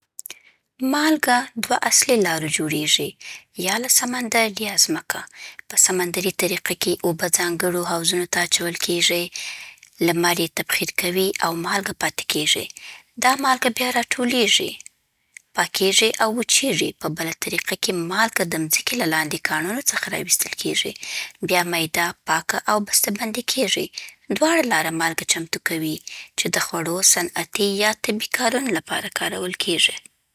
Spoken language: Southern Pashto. مالګه دوه اصلي لارو جوړېږي: یا له سمندر یا ځمکه، په سمندري طریقه کې، اوبه ځانګړو حوضونو ته اچول کېږي، لمر یې تبخیر کوي، او مالګه پاتې کېږي. دا مالګه بیا راټولېږي، پاکېږي او وچېږي. په بله طریقه کې، مالګه د ځمکې له لاندې کانونو څخه راوایستل کېږي، بیا میده، پاکه او بسته‌بندي کېږي. دواړه لارې مالګه چمتو کوي چې د خوړو، صنعتي یا طبي کارونو لپاره کارول کېږي.